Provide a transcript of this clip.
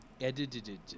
edited